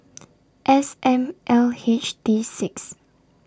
S M L H T six